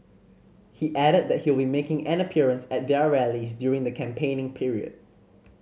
he added that he will making an appearance at their rallies during the campaigning period